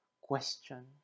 question